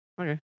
Okay